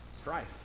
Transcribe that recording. Strife